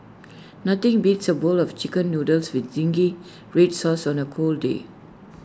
nothing beats A bowl of Chicken Noodles with Zingy Red Sauce on A cold day